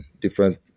different